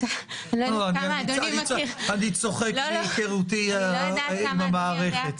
אני צוחק מהיכרותי את המערכת.